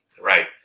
right